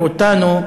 ואותנו,